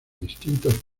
distintos